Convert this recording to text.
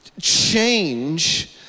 Change